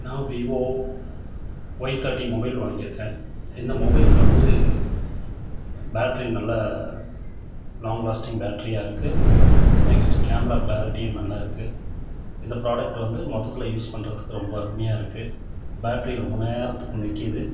நான் Vivo Y தேட்டி mobile வாங்கியிருக்கேன் இந்த மொபைல் வந்து பேட்டரி நல்ல லாங் லாஸ்ட்டிங் பேட்டரியாக இருக்குது நெக்ஸ்ட் கேமரா கிளாரிட்டியும் நல்லா இருக்குது இந்த ப்ராடக்ட் வந்து மொத்தத்தில் யூஸ் பண்றதுக்கு ரொம்ப அருமையாக இருக்குது பேட்டரி ரொம்ப நேரத்துக்கு நிற்கிது